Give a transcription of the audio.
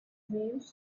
dreams